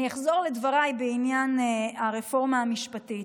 אני אחזור לדבריי בעניין הרפורמה המשפטית.